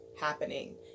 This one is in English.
happening